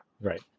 Right